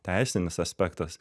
teisinis aspektas